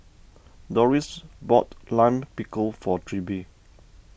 Dorris bought Lime Pickle for Trilby